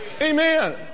Amen